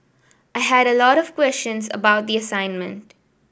I had a lot of questions about the assignment